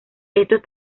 estos